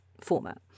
format